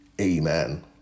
Amen